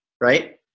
right